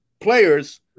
players